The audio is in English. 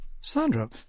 Sandra